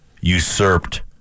usurped